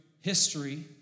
history